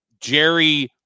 Jerry